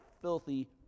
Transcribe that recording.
filthy